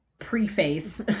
preface